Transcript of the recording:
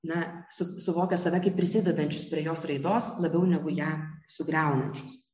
na su suvokia save kaip prisidedančius prie jos raidos labiau negu ją sugriaunančius